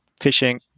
fishing